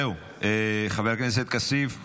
זהו, חבר הכנסת כסיף,